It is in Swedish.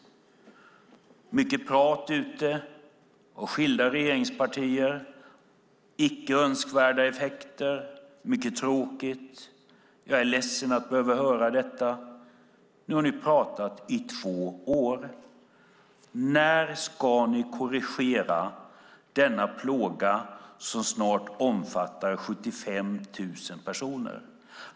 Det är mycket prat ute från skilda regeringspartier om icke önskvärda effekter. Man säger: Det är mycket tråkigt, och jag är ledsen att behöva höra detta. Men nu har ni pratat i två år. När ska ni korrigera denna plåga som snart omfattar 75 000 personer?